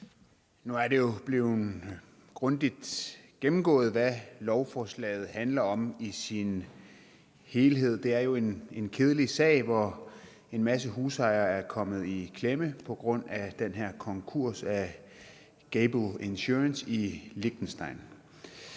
Nu er det jo blevet grundigt gennemgået, hvad lovforslaget handler om i sin helhed. Det er jo en kedelig sag, hvor en masse husejere er kommet i klemme, på grund af at Gable Insurance i Liechtenstein